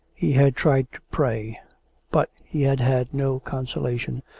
he had tried to pray but he had had no consolation,